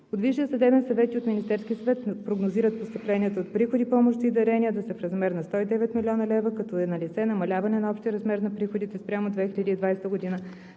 От Висшия съдебен съвет и от Министерския съвет прогнозират постъпленията от приходи, помощи и дарения да са в размер на 109,0 млн. лв., като е налице намаляване на общия размер на приходите спрямо 2020 г.